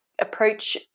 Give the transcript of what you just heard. approach